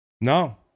No